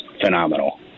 phenomenal